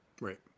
Right